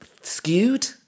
skewed